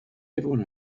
everyone